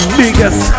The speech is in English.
biggest